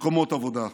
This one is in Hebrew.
מקומות עבודה.